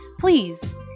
Please